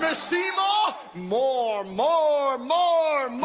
um seymour! more, more, more, more,